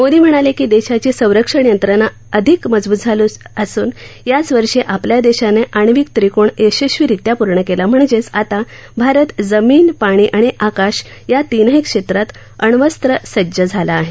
मोदी म्हणाले की देशाची संरक्षण यंत्रणा अधिक मजबूत झाली असून याच वर्षी आपल्या देशानं आणिवक त्रिकोन यशस्वीरीत्या पूर्ण केला म्हणजेच आता भारत जमीन पाणी आणि आकाश या तीनही क्षेत्रात अण्वस्त्रसज्ज झाला आहे